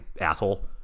asshole